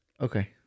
Okay